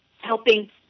helping